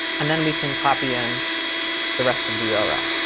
and then we can copy in the rest of the url.